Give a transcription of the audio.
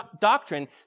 doctrine